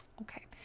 Okay